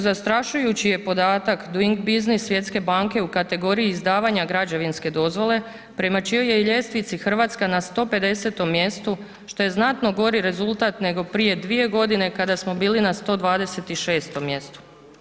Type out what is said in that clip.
Zastrašujući je podatak doing business Svjetske banke u kategoriji izdavanja građevinske dozvole prema čijoj je i ljestvici Hrvatska na 150.-tom mjestu što je znatno gori rezultat nego prije 2 godine kada smo bili na 126 mjestu.